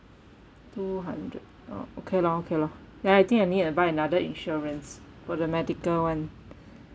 two hundred uh okay lor okay lor then I think I need to buy another insurance for the medical [one]